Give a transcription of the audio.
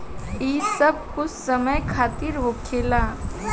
ई बस कुछ समय खातिर होखेला